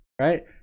right